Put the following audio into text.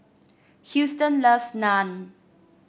Houston loves Naan